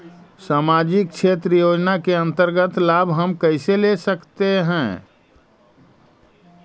समाजिक क्षेत्र योजना के अंतर्गत लाभ हम कैसे ले सकतें हैं?